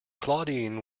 claudine